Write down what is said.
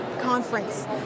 conference